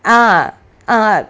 uh uh